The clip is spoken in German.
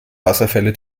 wasserfälle